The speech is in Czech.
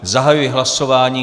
Zahajuji hlasování.